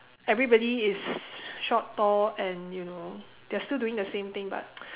everybody is short tall and you know they are still doing the same thing but